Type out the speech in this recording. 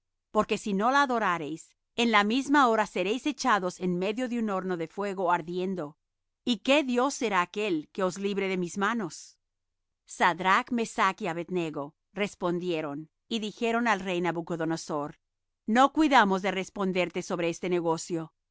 porque si no la adorareis en la misma hora seréis echados en medio de un horno de fuego ardiendo y qué dios será aquel que os libre de mis manos sadrach mesach y abed nego respondieron y dijeron al rey nabucodonosor no cuidamos de responderte sobre este negocio